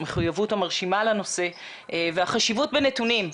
המחויבות המרשימה לנושא והחשיבות בנתונים.